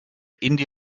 indie